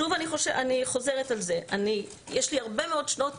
אני חוזרת, יש לי הרבה מאוד שנות